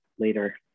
later